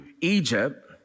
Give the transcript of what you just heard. Egypt